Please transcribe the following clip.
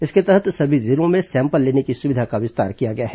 इसके तहत सभी जिलों में सैंपल लेने की सुविधा का विस्तार किया गया है